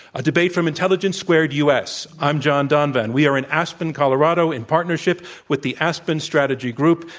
a debate from intelligence squared u. s. i'm john donvan. we are in aspen, colorado, in partnership with the aspen strategy group.